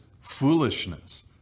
foolishness